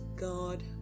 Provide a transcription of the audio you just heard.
God